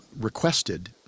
requested